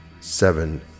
seven